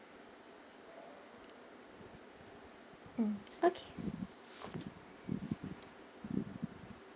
mm okay